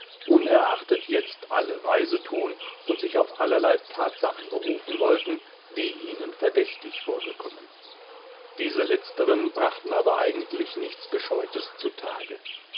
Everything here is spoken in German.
unerachtet jetzt alle weise tun und sich auf allerlei tatsachen berufen wollten die ihnen verdächtig vorgekommen diese letzteren brachten aber eigentlich nichts gescheutes zutage